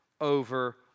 over